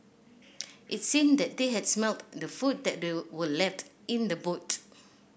it seemed that they had smelt the food that were left in the boot